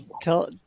tell